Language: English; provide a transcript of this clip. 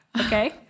okay